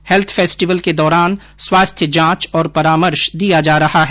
health festival के दौरान स्वास्थ्य जांच और परामर्श दिया जा रहा है